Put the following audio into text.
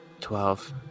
Twelve